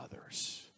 others